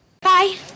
bye